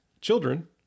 children